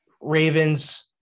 Ravens